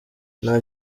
nta